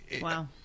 wow